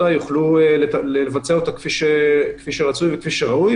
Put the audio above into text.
יוכלו לבצע אותה כפי שרצוי וכפי שראוי.